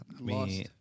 lost